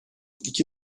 i̇ki